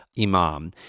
Imam